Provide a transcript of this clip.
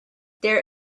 there